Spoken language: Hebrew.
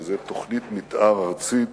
וזה תוכנית מיתאר ארצית